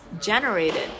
generated